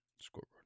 Scoreboard